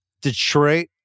Detroit